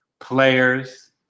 players